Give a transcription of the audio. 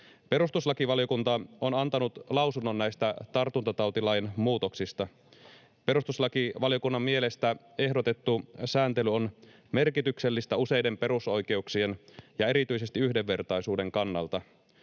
Perustuslakivaliokunta on antanut lausunnon näistä tartuntatautilain muutoksista. Perustuslakivaliokunnan mielestä ehdotettu sääntely on merkityksellistä useiden perusoikeuksien ja erityisesti yhdenvertaisuuden kannalta.